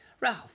Ralph